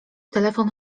telefon